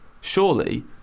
surely